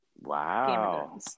Wow